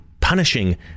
punishing